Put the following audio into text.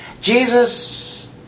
Jesus